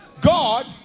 God